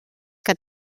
que